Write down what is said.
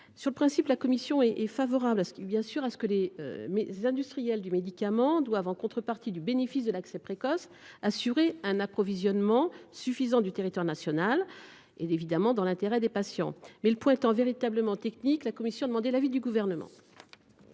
Sur le principe, la commission est bien sûr favorable à ce que les industriels du médicament assurent, en contrepartie du bénéfice de l’accès précoce, un approvisionnement suffisant du territoire national, et ce dans l’intérêt des patients. Toutefois, ce point étant véritablement technique, la commission sollicite l’avis du Gouvernement.